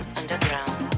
underground